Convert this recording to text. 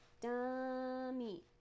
Dummy